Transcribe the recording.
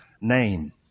name